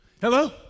Hello